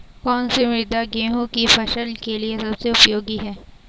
कौन सी मृदा गेहूँ की फसल के लिए सबसे उपयोगी है?